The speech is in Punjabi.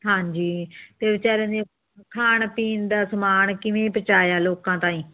ਹਾਂਜੀ ਅਤੇ ਵਿਚਾਰੇ ਨੇ ਖਾਣ ਪੀਣ ਦਾ ਸਮਾਨ ਕਿਵੇਂ ਪਹੁੰਚਾਇਆ ਲੋਕਾਂ ਤਾਂਈ